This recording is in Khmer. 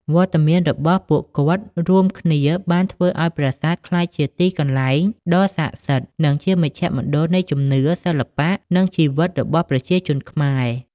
វត្តមានរបស់ពួកគាត់រួមគ្នាបានធ្វើឱ្យប្រាសាទក្លាយជាទីកន្លែងដ៏ស័ក្តិសិទ្ធិ និងជាមជ្ឈមណ្ឌលនៃជំនឿ សិល្បៈ និងជីវិតរបស់ប្រជាជនខ្មែរ។